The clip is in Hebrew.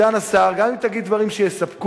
סגן השר, גם אם תגיד דברים שיספקו,